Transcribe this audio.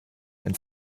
and